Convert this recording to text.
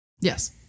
Yes